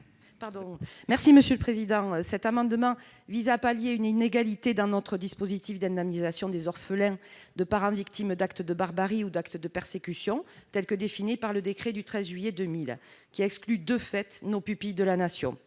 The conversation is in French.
Mme Maryse Carrère. Cet amendement vise à pallier une inégalité dans notre dispositif d'indemnisation des orphelins de parents victimes d'actes de barbarie ou d'actes de persécution, tel qu'il est défini par le décret du 13 juillet 2000, qui exclut de fait les pupilles de la Nation.